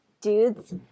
dudes